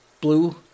blue